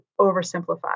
oversimplified